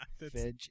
Veg